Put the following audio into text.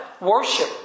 Worship